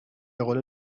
قول